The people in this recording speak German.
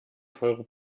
teure